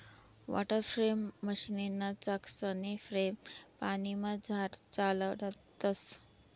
water frame मशीनना चाकसनी frame पानीमझार चालाडतंस